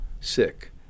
sick